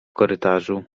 korytarzu